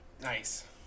nice